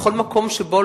בכל מקום שבו,